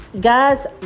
guys